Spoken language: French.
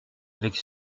avec